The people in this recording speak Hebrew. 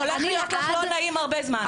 לא יהיה לך נעים להרבה זמן.